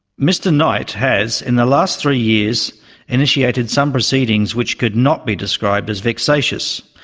mr knight has in the last three years initiated some proceedings which could not be described as vexatious.